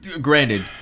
Granted